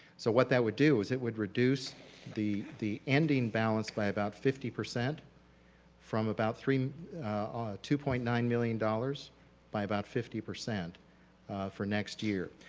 so what that would do is it would reduce the the ending balance by about fifty percent from about three two point nine million dollars by about fifty percent for next year.